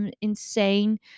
insane